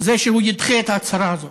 זה שהוא ידחה את ההצהרה הזאת.